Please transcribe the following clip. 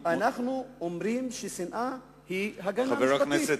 ששנאה היא הגנה משפטית,